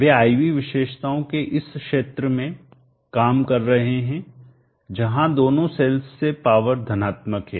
way I V विशेषताओं के इस क्षेत्र में काम कर रहे हैं जहां दोनों सेल्स से पावर धनात्मक है